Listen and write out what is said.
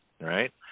right